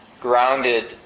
grounded